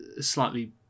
slightly